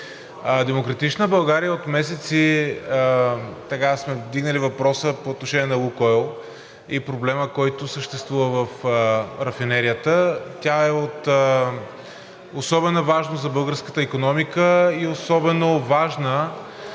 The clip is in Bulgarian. „Демократична България“ от месеци сме повдигнали въпроса по отношение на „Лукойл“ и проблема, който съществува в рафинерията. Тя е от особена важност за българската икономика и особено важна